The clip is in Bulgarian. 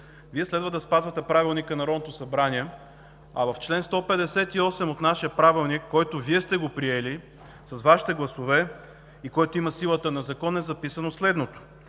Вие следва да спазвате Правилника на Народното събрание, а в чл. 158 от нашия Правилник, който Вие сте приели с Вашите гласове и който има силата на закон, е записано следното: